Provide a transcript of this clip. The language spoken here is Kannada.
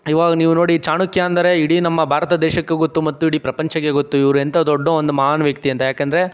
ಇವಾಗ ನೀವು ನೋಡಿ ಚಾಣಕ್ಯ ಅಂದರೆ ಇಡೀ ನಮ್ಮ ಬಾರತ ದೇಶಕ್ಕೆ ಗೊತ್ತು ಮತ್ತು ಇಡೀ ಪ್ರಪಂಚಕ್ಕೆ ಗೊತ್ತು ಇವರು ಎಂಥ ದೊಡ್ಡ ಒಂದು ಮಹಾನ್ ವ್ಯಕ್ತಿ ಅಂತ ಯಾಕೆಂದರೆ